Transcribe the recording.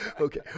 Okay